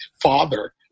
father